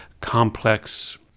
complex